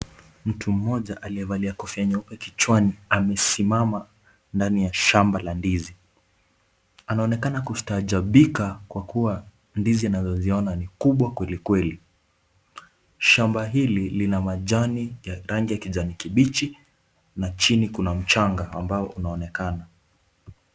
Mtu mmoja aliyevalia kofia nyeupe kichwani amesimama ndani ya shamba la ndizi, anaonekana kustaajabika kwa kuwa ndizi anazoziona ni kubwa kweli kweli, shamba hili lina majani ya rangi ya kijani kibichi na chini kuna mchanga ambao unaonekana.